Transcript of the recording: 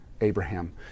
Abraham